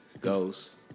Ghost